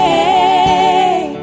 Hey